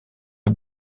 des